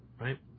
right